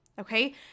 Okay